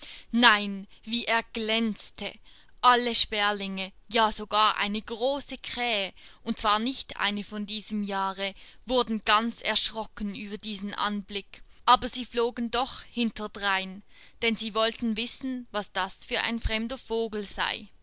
nein wie der glänzte alle sperlinge ja sogar eine große krähe und zwar nicht eine von diesem jahre wurden ganz erschrocken über diesen anblick aber sie flogen doch hinterdrein denn sie wollten wissen was das für ein fremder vogel sei